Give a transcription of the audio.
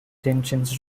tensions